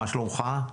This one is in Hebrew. מה שלומך?